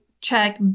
check